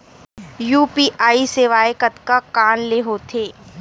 UPI सेवाएं कतका कान ले हो थे?